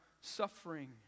suffering